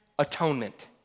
atonement